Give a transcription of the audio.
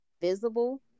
visible